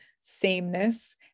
sameness